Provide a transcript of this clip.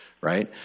right